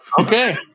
Okay